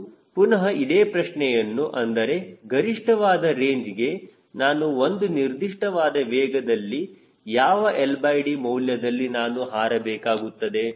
ಮತ್ತು ಪುನಹ ಇದೇ ಪ್ರಶ್ನೆಯನ್ನು ಅಂದರೆ ಗರಿಷ್ಠ ವಾದ ರೇಂಜ್ಗೆ ನಾನು ಒಂದು ನಿರ್ದಿಷ್ಟವಾದ ವೇಗ Vದಲ್ಲಿ ಯಾವ LD ಮೌಲ್ಯದಲ್ಲಿ ನಾನು ಹಾರಬೇಕಾಗುತ್ತದೆ